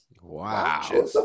Wow